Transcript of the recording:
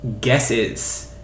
guesses